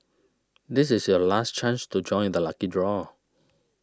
this is your last chance to join the lucky draw